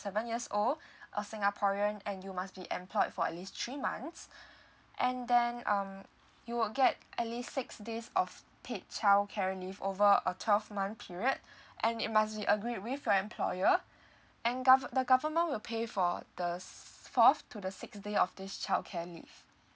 seven years old a singaporean and you must be employed for at least three months and then um you will get at least six days of paid childcare leave over a twelve month period and it must be agreed with your employer and gover~ the government will pay for the fourth to the sixth day of this childcare leave